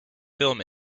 film